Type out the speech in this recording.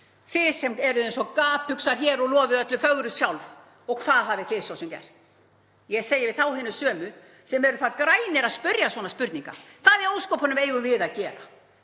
Þið sem eruð eins og gapuxar hér og lofið öllu fögru sjálf? Og hvað hafið þið svo sem gert? Ég segi við þá hina sömu sem eru það grænir að spyrja svona spurninga: Hvað í ósköpunum eigum við að gera,